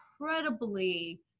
incredibly